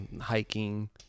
hiking